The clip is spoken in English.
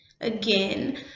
again